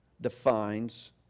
defines